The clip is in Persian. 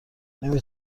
نمی